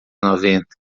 noventa